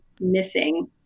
missing